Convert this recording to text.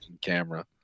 camera